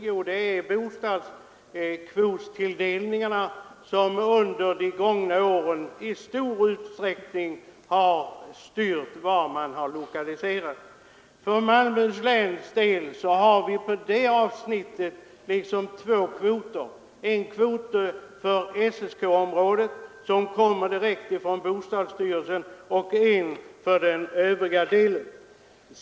Jo, under de gångna åren har bostadskvotstilldelningarna i stor utsträckning styrt lokaliseringen av bostäder. För Malmöhus läns del har vi därvidlag två kvoter: en för SSK-området, direkt från bostadsstyrelsen, och en för den övriga delen.